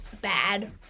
bad